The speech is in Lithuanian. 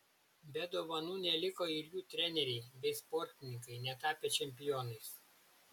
be dovanų neliko ir jų treneriai bei sportininkai netapę čempionais